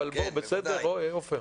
בסדר, עופר?